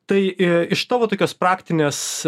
tai iš tavo tokios praktinės